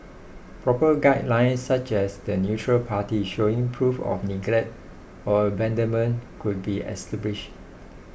proper guidelines such as the neutral party showing proof of neglect or abandonment could be established